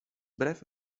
brew